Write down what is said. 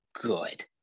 good